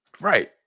Right